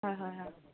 হয় হয় হয়